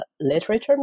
literature